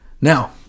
Now